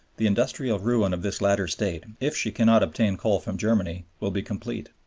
the industrial ruin of this latter state, if she cannot obtain coal from germany, will be complete.